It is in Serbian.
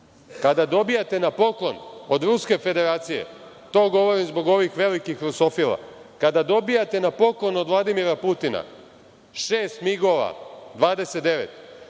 kada dobijete na poklon od Ruske Federacije, to govorim zbog ovih velikih rusofila, kada dobijete na poklon od Vladimira Putina šest migova 29,